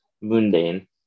mundane